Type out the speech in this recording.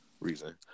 reason